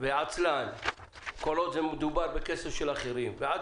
ועצלן כל עוד מדובר בכסף של אחרים ועד